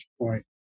point